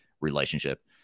relationship